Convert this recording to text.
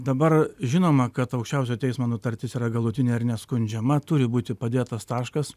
dabar žinoma kad aukščiausiojo teismo nutartis yra galutinė ir neskundžiama turi būti padėtas taškas